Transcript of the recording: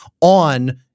on